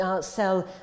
sell